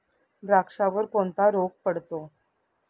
द्राक्षावर कोणता रोग पडतो?